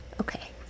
Okay